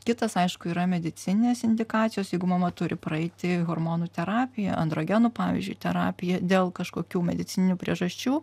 kitas aišku yra medicininės indikacijos jeigu mama turi praeiti hormonų terapiją androgenų pavyzdžiui terapiją dėl kažkokių medicininių priežasčių